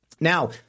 Now